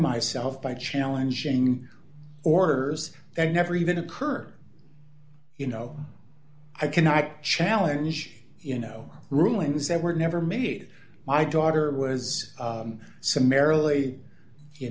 myself by challenging orders that i never even occurred you know i cannot challenge you know rulings that were never made my daughter was summarily you